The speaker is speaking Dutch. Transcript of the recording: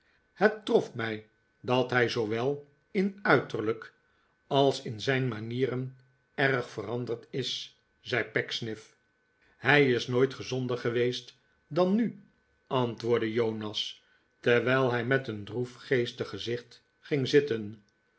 het trof mij dat hij zoowel in uiterlijk als in zijn manieren erg veranderd is zei pecksniff tj hij is nooit gezonder geweest dan nu antwoordde jonas terwijl hij met een droefgeestig gezicht ging zitten